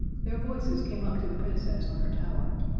their voices came up to the princess on her tower,